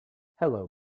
hello